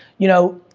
you know,